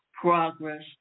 progress